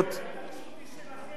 ההתעקשות היא שלכם,